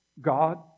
God